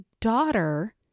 daughter